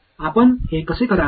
आपण हे कसे कराल